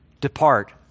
depart